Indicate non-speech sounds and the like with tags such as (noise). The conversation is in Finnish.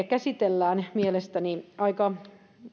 (unintelligible) käsitellään mielestäni aika